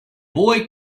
boy